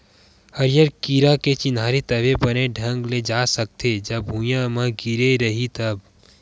हरियर कीरा के चिन्हारी तभे बने ढंग ले जा सकथे, जब भूइयाँ म गिरे रइही तब